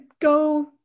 go-